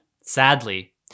Sadly